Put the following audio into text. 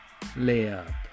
Layup